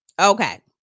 Okay